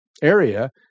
area